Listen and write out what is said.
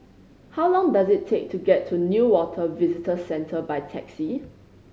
how long does it take to get to Newater Visitor Centre by taxi